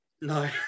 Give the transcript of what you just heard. No